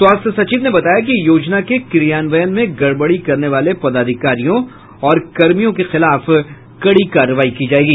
स्वास्थ्य सचिव ने बताया कि योजना के क्रियान्वयन में गड़बड़ी करने वाले पदाधिकारियों और कर्मियों के खिलाफ कड़ी कार्रवाई की जायेगी